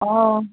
অঁ